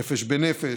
את נפש בנפש,